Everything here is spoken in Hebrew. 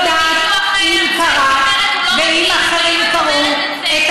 אני לא יודעת אם קראת ואם אחרים קראו את